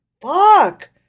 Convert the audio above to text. Fuck